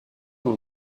dont